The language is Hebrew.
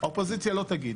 האופוזיציה לא תגיד.